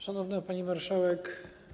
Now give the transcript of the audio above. Szanowna Pani Marszałek!